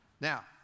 Now